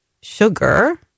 sugar